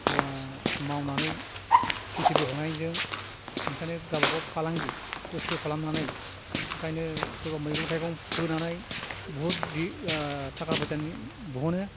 मावनानै खेतिबो खालामनायजों ओंखायनो गावबा गाव फालांगि खस्त' खालामनानै ओंखायनो सोरबा मैगं थाइगं फोनानै बुहुत थाखा फैसा बहनो